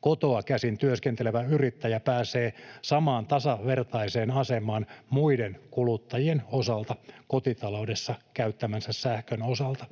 kotoa käsin työskentelevä yrittäjä pääsee samaan tasavertaiseen asemaan muiden kuluttajien osalta kotitaloudessa käyttämänsä sähkön osalta.